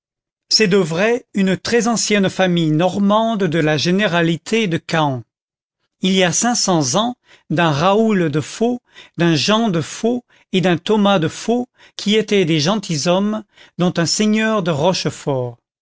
c'est de vrai une très ancienne famille normande de la généralité de caen il y a cinq cents ans d'un raoul de faux d'un jean de faux et d'un thomas de faux qui étaient des gentilshommes dont un seigneur de rochefort